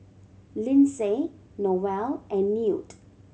Lyndsay Noel and Newt